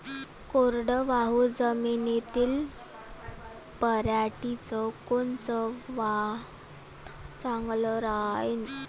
कोरडवाहू जमीनीत पऱ्हाटीचं कोनतं वान चांगलं रायीन?